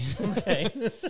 Okay